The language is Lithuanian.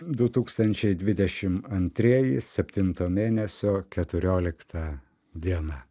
du tūkstančiai dvidešim antrieji septinto mėnesio keturiolikta diena